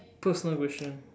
personal question